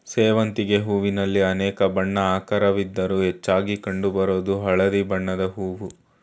ಸೇವಂತಿಗೆ ಹೂವಿನಲ್ಲಿ ಅನೇಕ ಬಣ್ಣ ಆಕಾರವಿದ್ರೂ ಹೆಚ್ಚಾಗಿ ಕಂಡು ಬರೋದು ಹಳದಿ ಬಣ್ಣದ್ ಹೂವು